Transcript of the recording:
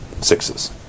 Sixes